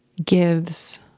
gives